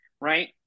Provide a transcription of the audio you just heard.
right